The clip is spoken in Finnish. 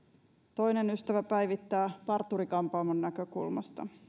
toinen ystävä päivittää parturi kampaamon näkökulmasta